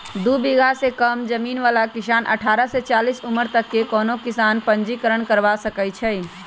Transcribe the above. दू बिगहा से कम जमीन बला किसान अठारह से चालीस उमर तक के कोनो किसान पंजीकरण करबा सकै छइ